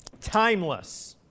timeless